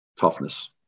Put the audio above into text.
Toughness